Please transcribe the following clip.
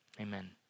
amen